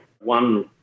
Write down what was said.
One